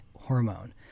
hormone